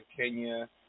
Kenya